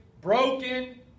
broken